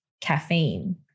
caffeine